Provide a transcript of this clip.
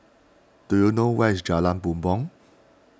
do you know where is Jalan Bumbong